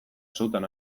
sutan